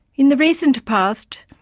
in the recent past,